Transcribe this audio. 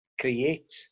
create